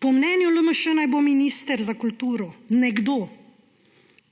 Po mnenju LMŠ naj bo minister za kulturo nekdo,